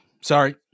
Sorry